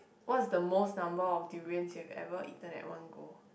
what's the most number of durians you have ever eaten at one go